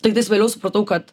tiktais vėliau supratau kad